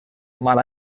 mal